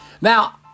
Now